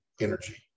energy